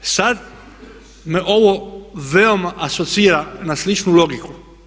Sada me ovo veoma asocira na sličnu logiku.